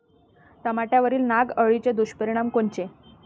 टमाट्यावरील नाग अळीचे दुष्परिणाम कोनचे?